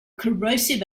corrosive